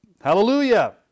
Hallelujah